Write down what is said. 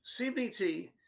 CBT